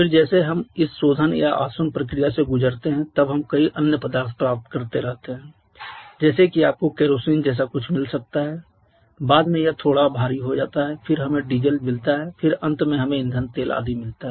फिर जैसे हम इस शोधन या आसवन प्रक्रिया से गुजरते रहते हैं तब हम कई अन्य पदार्थ प्राप्त करते रहते हैं जैसे कि आपको केरोसिन जैसा कुछ मिल सकता है बाद में यह थोड़ा भारी हो जाता है फिर हमें डीजल मिलता है फिर अंत में हमें ईंधन तेल आदि मिलता है